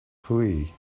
hooey